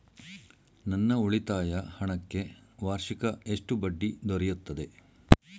ನನ್ನ ಉಳಿತಾಯ ಹಣಕ್ಕೆ ವಾರ್ಷಿಕ ಎಷ್ಟು ಬಡ್ಡಿ ದೊರೆಯುತ್ತದೆ?